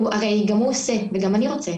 הרי גם הוא עושה וגם אני רוצה.